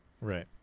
Right